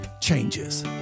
changes